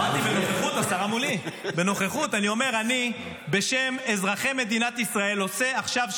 אני אעלה לדוכן ואענה.